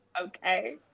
okay